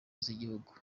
z’igihugu